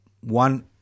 one